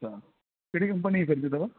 अच्छा कहिड़ी कंपनीअ जी फ्रीज अथव